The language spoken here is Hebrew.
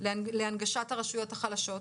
להנגשת הרשויות החלשות,